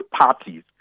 parties